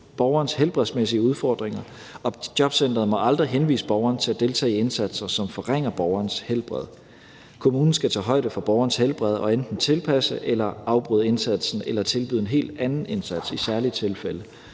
borgerens helbredsmæssige udfordringer, og jobcenteret må aldrig henvise borgeren til at deltage i indsatser, som forringer borgerens helbred. Kommunen skal tage højde for borgerens helbred og enten tilpasse eller afbryde indsatsen eller tilbyde en helt anden indsats i særlige tilfælde,